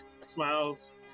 Smiles